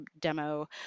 demo